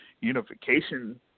unification